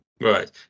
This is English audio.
Right